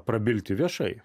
prabilti viešai